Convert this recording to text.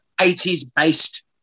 80s-based